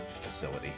facility